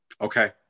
Okay